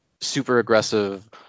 super-aggressive